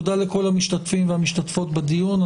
תודה כל המשתתפים והמשתתפות בדיון,